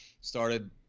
started